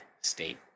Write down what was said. state